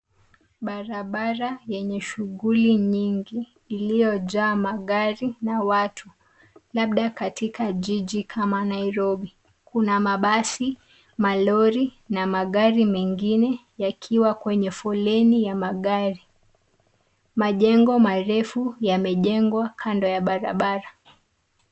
Barabara yenye shughuli nyingi iliyojaa magari na watu, labda katika jiji kama Nairobi. Kuna mabasi, malori na magari mengine yakiwa kwenye foleni ya magari. Majengo marefu yamejengwa kando ya barabara.